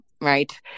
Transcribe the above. right